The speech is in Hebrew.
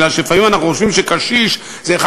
כי לפעמים אנחנו חושבים שקשיש זה אחד